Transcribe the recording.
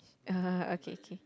uh okay K